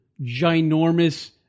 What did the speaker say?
ginormous